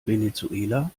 venezuela